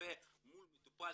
הרופא מול מטופל,